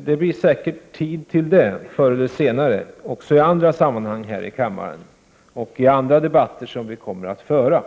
Det blir säkert tid till detta förr eller senare i andra sammanhang här i kammaren och i andra debatter som vi kommer att föra.